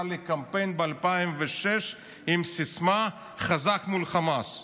לקמפיין ב-2006 עם הסיסמה "חזק מול החמאס",